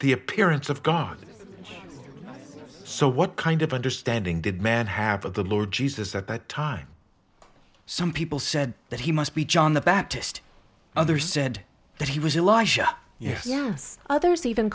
the appearance of god so what kind of understanding did man have of the lord jesus at that time some people said that he must be john the baptist others said that he was eliza yes others even